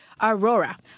Aurora